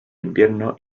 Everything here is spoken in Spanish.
invierno